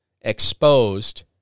exposed